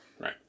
right